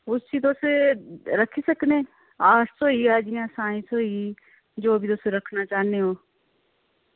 ओह् उसी तुस रक्खी सकने आर्टस होइया जियां साईंस होई जियोग्राफी रक्खना चाह्न्ने ओ